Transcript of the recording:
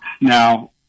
Now